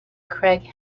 craig